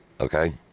okay